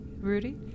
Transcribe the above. Rudy